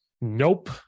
nope